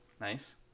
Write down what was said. Nice